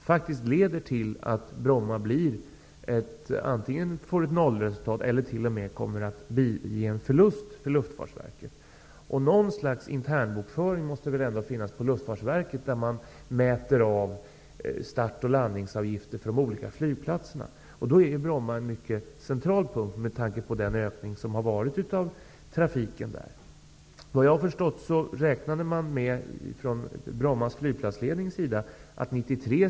Malmö Aviations konkurs leder faktiskt till att Bromma får ett nollresultat eller t.o.m. innebär en förlust för Luftfartsverket. Något slags internbokföring måste väl ändå finnas på Luftfartsverket, där man mäter start och landningsavgifter för de olika flygplatserna. Bromma är då en central punkt, med tanke på den ökning av trafiken som ägt rum.